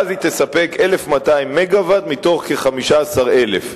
ואז היא תספק 1,200 מגוואט מתוך כ-15,000,